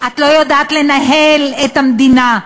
את לא יודעת לנהל את המדינה,